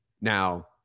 Now